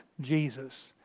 Jesus